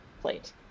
plate